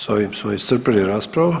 Sa ovim smo iscrpili raspravu.